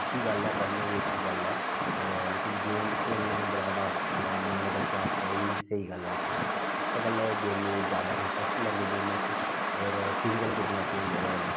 अच्छी गल्ल ऐ पढ़नी बी अच्छी गल्ल ऐ होर लेकिन गेम खेलना ग्रांऽ दा अस ग्रांऽ दे बच्चें आस्तै बी स्हेई गल्ल ऐ इक इत्त गल्ला गै गेमे में ज्यादा इंट्रस्ट लैंदे गेमै च होर फिजीकल फिटनेस बी होंदी एह्दे कन्नै